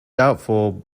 doubtful